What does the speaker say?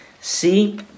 See